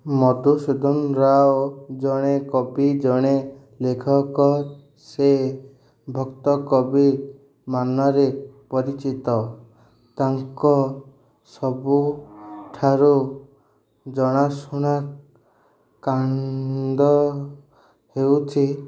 ମଧୁସେଦନ ରାଓ ଜଣେ କବି ଜଣେ ଲେଖକ ସେ ଭକ୍ତକବି ନାମରେ ପରିଚିତ ତାଙ୍କ ସବୁଠାରୁ ଜଣାଶୁଣା କାଣ୍ଡ ହେଉଛି